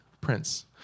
prince